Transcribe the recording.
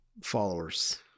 followers